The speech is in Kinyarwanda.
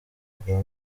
rwa